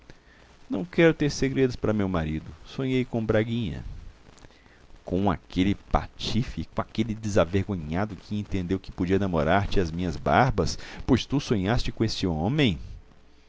não quero ter segredos para meu marido sonhei com o braguinha com aquele patife com aquele desavergonhado que entendeu que podia namorar te às minhas barbas pois tu sonhaste com esse homem